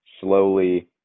slowly